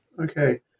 Okay